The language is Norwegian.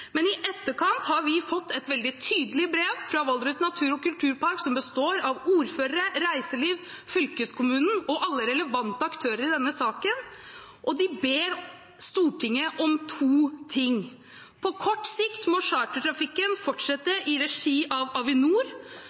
Men i etterkant har vi fått et veldig tydelig brev fra Valdres Natur- og Kulturpark, som består av ordførere, reiseliv, fylkeskommunen og alle relevante aktører i denne saken, og de ber Stortinget om to ting: På kort sikt må chartertrafikken fortsette i regi av Avinor,